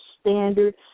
standard